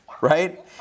right